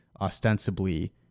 ostensibly